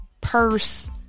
Purse